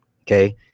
okay